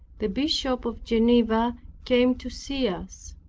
the bishop of geneva came to see us.